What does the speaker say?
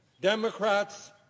Democrats